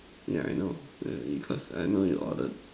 ya I know because I know you ordered